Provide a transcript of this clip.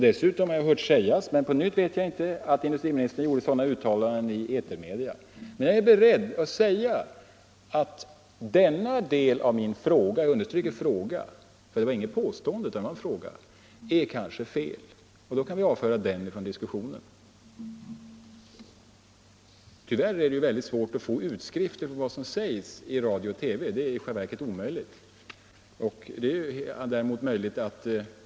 Dessutom har jag hört sägas, men jag vet inte heller nu om det är riktigt, att industriministern gjorde sådana uttalanden i etermedia. Men jag är beredd att säga att denna del av min fråga — jag understryker att det var en fråga, inget påstående — kanske är felaktig. Då kan vi avföra den från diskussionen. Tyvärr är det mycket svårt att få utskrifter av vad som sägs i radio och TV. Det är i själva verket omöjligt.